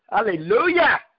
Hallelujah